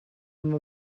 amb